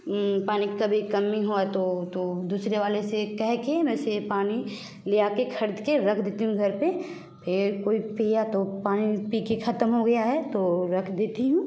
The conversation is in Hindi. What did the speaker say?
पानी की कभी कमी हुई तो तो दूसरे वाले से कह के मैं इसे पानी ले आ कर ख़रीद के रख देती हूँ घर पर फिर कोई पीया तो पानी पीके ख़त्म हो गया है तो रख देती हूँ